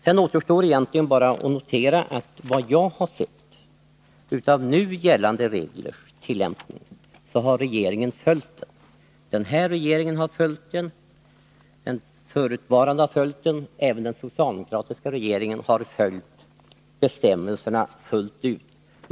Sedan återstår egentligen bara att säga att, såvitt jag har kunnat se, har regeringen vid tillämpningen följt de nu gällande reglerna. Den här regeringen, den förutvarande regeringen, liksom även den socialdemokratiska regeringen har följt bestämmelserna till fullo.